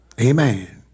amen